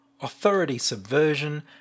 authority-subversion